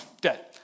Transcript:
Dead